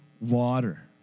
water